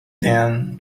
them